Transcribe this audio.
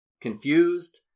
confused